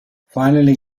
finally